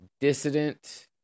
Dissident